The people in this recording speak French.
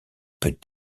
peut